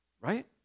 right